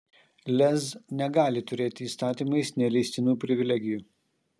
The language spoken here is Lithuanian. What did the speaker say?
lez negali turėti įstatymais neleistinų privilegijų